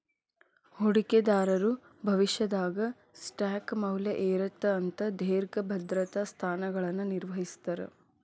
ಹೂಡಿಕೆದಾರರು ಭವಿಷ್ಯದಾಗ ಸ್ಟಾಕ್ ಮೌಲ್ಯ ಏರತ್ತ ಅಂತ ದೇರ್ಘ ಭದ್ರತಾ ಸ್ಥಾನಗಳನ್ನ ನಿರ್ವಹಿಸ್ತರ